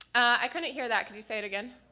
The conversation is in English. i couldn't hear that, could you say it again?